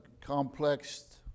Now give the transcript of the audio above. complex